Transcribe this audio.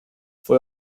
fue